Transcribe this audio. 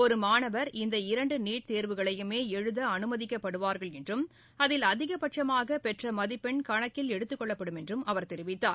ஒரு மாணவர் இந்த இரண்டு நீட் தேர்வுகளையுமே எழுத அனுமதிக்கப்படுவார்கள் என்றும் அதில் அதிகபட்சமாக பெற்ற மதிப்பெண் கணக்கில் எடுத்துக்கொள்ளப்படும் என்றும் அவர் தெரிவித்தார்